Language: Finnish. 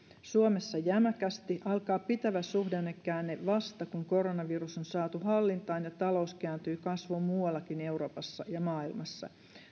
suomessa jämäkästi alkaa pitävä suhdannekäänne vasta kun koronavirus on saatu hallintaan ja talous kääntyy kasvuun muuallakin euroopassa ja maailmassa